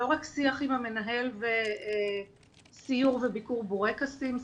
לא רק שיח עם המנהל וסיור וביקור בורקסים,